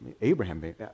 Abraham